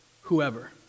whoever